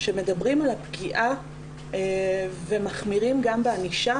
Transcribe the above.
שמדברים על הפגיעה ומחמירים גם בענישה.